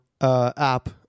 app